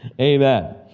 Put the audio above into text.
Amen